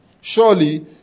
Surely